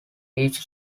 beach